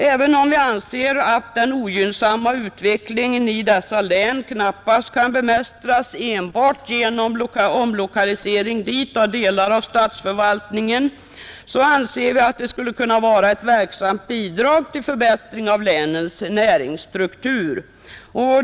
Även om vi menar att den ogynnsamma utvecklingen i dessa län knappast kan bemästras enbart genom lokalisering dit av delar av statsförvaltningen, anser vi att det skulle kunna vara ett verksamt bidrag till förbättring av länens näringsstruktur.